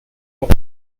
auch